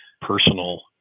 personal